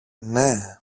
ναι